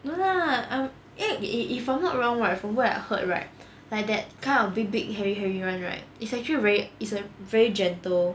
no lah I eh if if I'm not wrong right from what I heard right like that kind of big big hairy hairy [one] right is actually really is uh very gentle